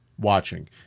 watching